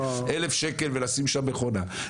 ולשים שם מכונה.